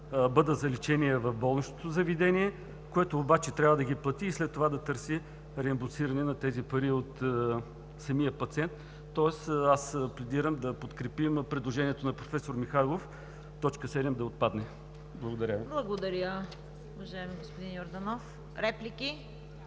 бъдат за лечение в болничното заведение, което обаче трябва да ги плати и след това да търси реимбурсиране на тези пари от самия пациент, тоест аз пледирам да подкрепим предложението на професор Михайлов – ал. 7 да отпадне. Благодаря Ви. ПРЕДСЕДАТЕЛ ЦВЕТА КАРАЯНЧЕВА: Благодаря, уважаеми господин Йорданов. Реплики?